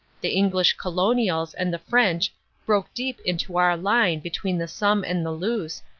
the english colonials and the french broke deep into our line between the somme and the luce,